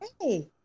Hey